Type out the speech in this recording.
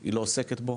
היא לא עוסקת בו,